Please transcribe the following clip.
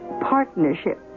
partnership